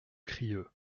crieu